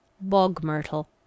bog-myrtle